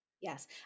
Yes